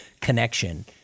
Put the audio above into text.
connection